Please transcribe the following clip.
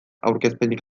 aurkezpenik